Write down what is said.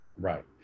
Right